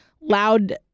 loud